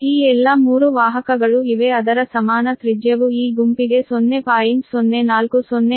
ಈ ಎಲ್ಲಾ 3 ವಾಹಕಗಳು ಇವೆ ಅದರ ಸಮಾನ ತ್ರಿಜ್ಯವು ಈ ಗುಂಪಿಗೆ 0